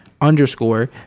underscore